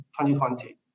2020